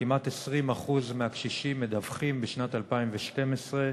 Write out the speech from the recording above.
כמעט 20% מהקשישים מדווחים בשנת 2012,